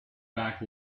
back